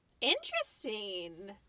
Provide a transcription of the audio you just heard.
Interesting